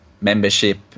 membership